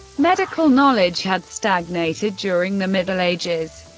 medical knowledge had stagnated during the middle ages.